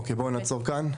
אוקיי, בואו נעצור כאן.